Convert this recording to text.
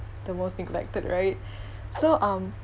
the most neglected right so um